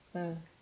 mm mm